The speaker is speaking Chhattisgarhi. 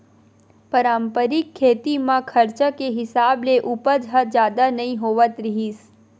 पारंपरिक खेती म खरचा के हिसाब ले उपज ह जादा नइ होवत रिहिस